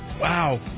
Wow